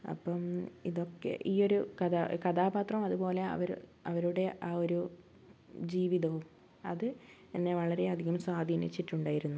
അപ്പം ഇതൊക്കെ ഈ ഒരു കഥ കഥാപാത്രം അതുപോലെ അവര് അവരുടെ ആ ഒരു ജീവിതവും അത് എന്നെ വളരെയധികം സ്വാധീനിച്ചിട്ടുണ്ടായിരുന്നു